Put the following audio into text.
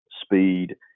speed